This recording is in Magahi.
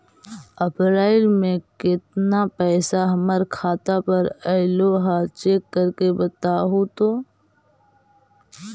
अप्रैल में केतना पैसा हमर खाता पर अएलो है चेक कर के बताहू तो?